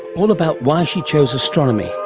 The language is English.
all about why she chose astronomy,